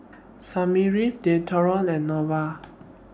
Smirnoff Dualtron and Nova